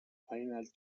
final